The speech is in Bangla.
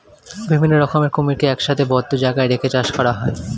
বিভিন্ন রকমের কুমিরকে একসাথে বদ্ধ জায়গায় রেখে চাষ করা হয়